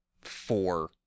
four